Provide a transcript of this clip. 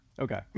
Okay